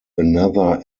another